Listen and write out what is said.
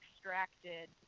extracted